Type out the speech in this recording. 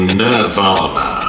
nirvana